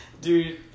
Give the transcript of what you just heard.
Dude